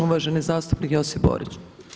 Uvaženi zastupnik Josip Borić.